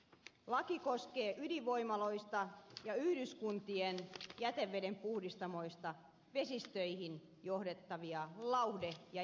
laki koskee ydinvoimaloista ja yhdyskuntien jätevedenpuhdistamoista vesistöihin johdettavia lauhde ja jätevesiä